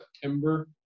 September